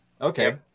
Okay